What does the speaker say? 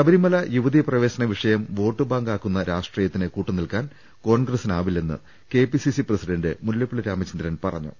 ശബരിമല യുവതീ പ്രവേശന വിഷയം വോട്ടുബാങ്കാക്കുന്ന രാഷ്ട്രീയത്തിന് കൂട്ട് നിൽക്കാൻ കോൺഗ്രസിനാവില്ലെന്ന് KPCC president Mullappally Ramachandran പറഞ്ഞു